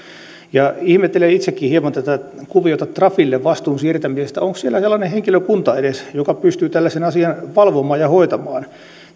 ihmettelen itsekin hieman tätä kuviota vastuun siirtämisestä trafille onko siellä edes sellainen henkilökunta joka pystyy tällaisen asian valvomaan ja hoitamaan